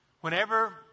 Whenever